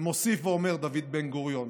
ומוסיף ואומר דוד בן-גוריון: